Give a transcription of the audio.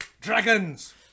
Dragons